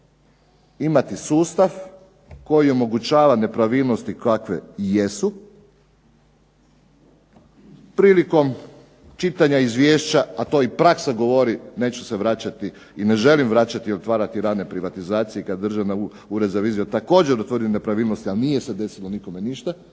imati sustav koji omogućava nepravilnosti kakve jesu, prilikom čitanja izvješća a to i praksa govori, neću se vraćati i ne želim vraćati, otvarati rane privatizacije, kad državna, Ured za reviziju također utvrdi nepravilnosti, ali nije se desilo nikome ništa,